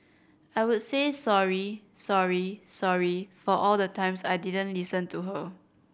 I would say sorry sorry sorry for all the times I didn't listen to her